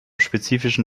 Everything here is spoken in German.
spezifischen